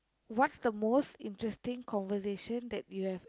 what's the most interesting conversation that you have